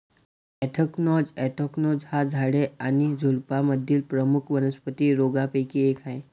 anthracnose anthracnose हा झाडे आणि झुडुपांमधील प्रमुख वनस्पती रोगांपैकी एक आहे